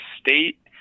state